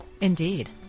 Indeed